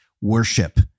worship